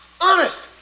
Honest